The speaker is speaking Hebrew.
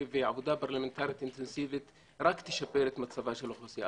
ועבודה פרלמנטרית אינטנסיבית רק תשפר את מצבה של האוכלוסייה.